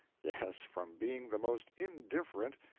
yes from being the most indifferent,